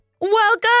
Welcome